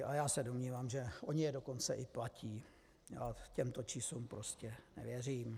A já se domnívám, že oni je dokonce i platí, a těmto číslům prostě nevěřím.